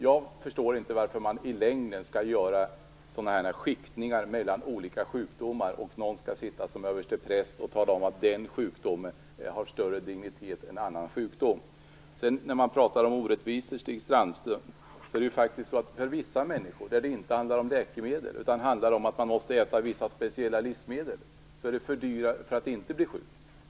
Jag förstår inte varför man i längden skall göra sådana här skiktningar mellan olika sjukdomar och någon skall sitta som överstepräst och säga att en sjukdom har större dignitet än en annan. Stig Sandström talade om orättvisor. Men för vissa människor handlar det faktiskt inte om läkemedel, utan de måste äta vissa speciella livsmedel för att inte bli sjuka.